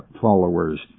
followers